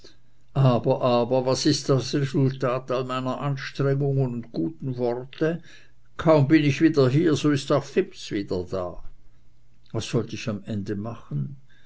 aber aber was ist das resultat all meiner anstrengungen und guten worte kaum bin ich wieder hier so ist auch fips wieder da was sollt ich am ende machen